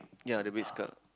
ya the